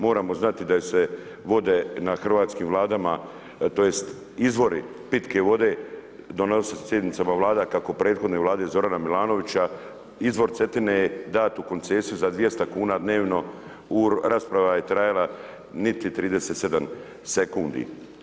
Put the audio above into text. Moramo znati da se vode na hrvatskim vladama tj. izvori pitke vode donosili se na sjednicama Vlade, a kako prethodne Vlade Zorana MIlanovića izvor Cetine je dat u koncesiju za 200 kuna dnevno, rasprava je trajala niti 37 sekundi.